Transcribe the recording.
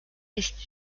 ist